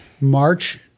March